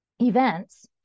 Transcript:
events